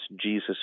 Jesus